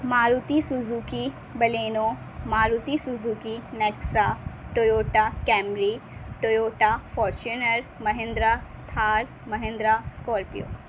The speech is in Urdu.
Maruti Suzuki Baleno Maruti Suzuki Nexa Toyota Camry Toyota Fortuner Mahindra Thar Mahindra Scorpio